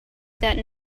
that